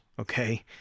okay